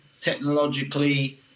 technologically